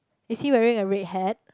is he wearing a red hat